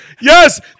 Yes